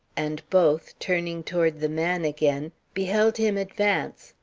and both, turning toward the man again, beheld him advance,